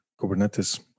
Kubernetes